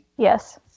Yes